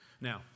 Now